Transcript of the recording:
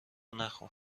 نخور